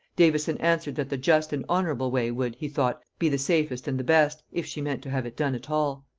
davison answered, that the just and honorable way would, he thought, be the safest and the best, if she meant to have it done at all.